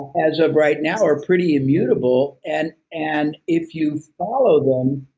as of right now are pretty immutable and and if you follow them,